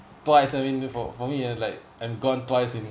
twice I mean for for me uh like I'm gone twice